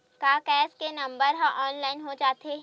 का गैस के नंबर ह ऑनलाइन हो जाथे?